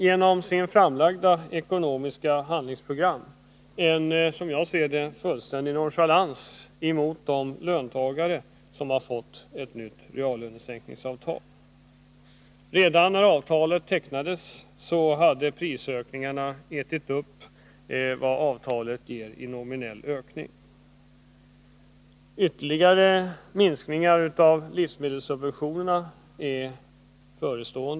Genom det framlagda ekonomiska handlingsprogrammet visar regeringen som jag ser det en fullständig nonchalans mot de löntagare som fått ett avtal som innebär ytterligare reallönesänkning. Redan när avtalet tecknades hade prisökningarna ätit upp vad avtalet ger i nominell ökning. Ytterligare minskningar av livsmedelssubventionerna är aviserade.